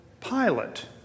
Pilate